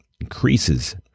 increases